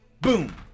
Boom